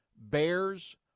Bears